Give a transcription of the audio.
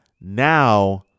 now